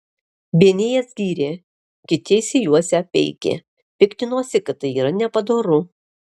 vieni jas gyrė kiti išsijuosę peikė piktinosi kad tai yra nepadoru